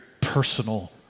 personal